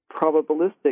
probabilistic